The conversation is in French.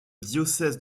diocèse